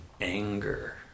anger